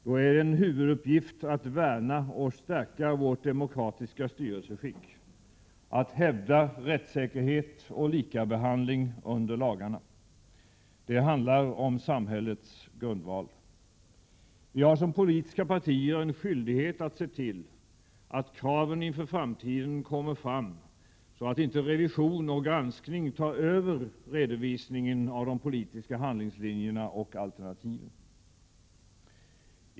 Då är en huvuduppgift att värna och stärka vårt demokratiska styrelseskick, att hävda rättssäkerhet och likabehandling under lagarna. Det handlar om samhällets grundval. Vi har som politiska partier en skyldighet att se till att kraven inför framtiden kommer fram så att inte revision och granskning tar över redovisningen av de politiska handlingslinjerna och alternativen.